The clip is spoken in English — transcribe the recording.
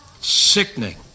Sickening